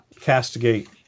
castigate